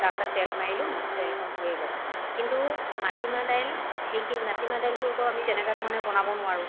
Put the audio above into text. তাৰপিছতে তেল মাৰিলো মচুৰ দাইলকণ হৈয়ে গ'ল কিন্তু মাটিমাহ দাইল সেইখিন মাটিমাহ দাইলটো আকৌ আমি তেনেকুা ধৰণে বনাব নোৱাৰো